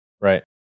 Right